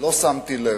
לא שמתי לב.